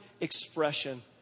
expression